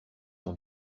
son